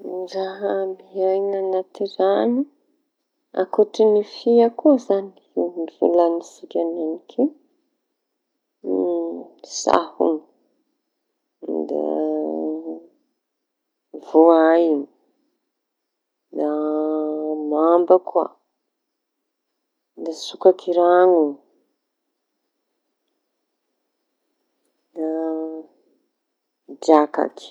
Ny raha miaña anaty rano ankoatry ny fia koa zañy no- volañintsika enanik'io. Sahoña, da voay( mavo), da mamba koa, da sokaky rano, da drakaky.